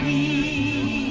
he